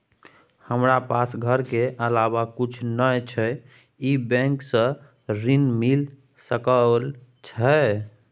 हमरा पास घर के अलावा कुछ नय छै ई बैंक स ऋण मिल सकलउ हैं?